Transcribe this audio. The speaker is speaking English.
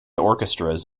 orchestras